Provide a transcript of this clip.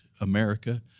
America